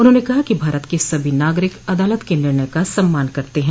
उन्होंने कहा कि भारत के सभी नागरिक अदालत के निर्णय का सम्मान करते हैं